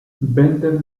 bender